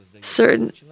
certain